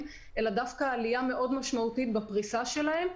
אלא דווקא עלייה מאוד משמעותית בפריסה שלהם,